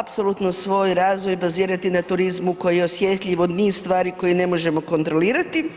apsolutno svoj razvoj bazirati na turizmu koji je osjetljiv od niz stvari koje ne možemo kontrolirati.